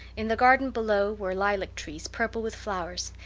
in the garden below were lilac-trees purple with flowers,